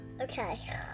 Okay